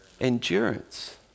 Endurance